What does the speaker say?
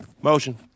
Motion